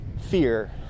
fear